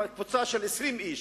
קבוצה של 20 איש,